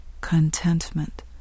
contentment